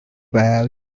about